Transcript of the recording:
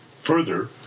Further